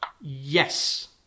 yes